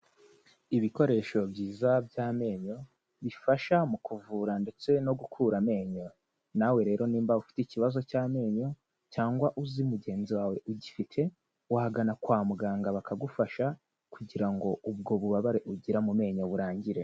Ibikoresho byiza by'amenyo bifasha mu kuvura ndetse no gukura amenyo, nawe rero niba ufite ikibazo cy'amenyo cyangwa uzi mugenzi wawe ugifite, wagana kwa muganga bakagufasha kugira ngo ubwo bubabare ugira mu menyo burangire.